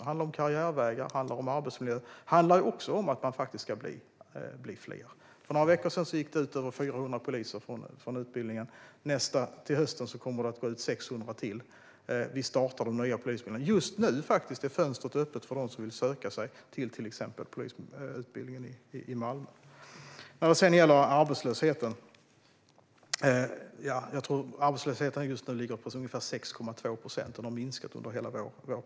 Det handlar om karriärvägar, det handlar om arbetsmiljö och det handlar också om att man ska bli fler. För några veckor sedan gick över 400 poliser ut från utbildningen, och till hösten kommer 600 till att gå ut. Vi startar de nya polisutbildningarna. Just nu är faktiskt fönstret öppet för dem som vill söka sig till exempelvis polisutbildningen i Malmö. Arbetslösheten ligger just nu på ungefär 6,2 procent, och den har minskat under hela vår period.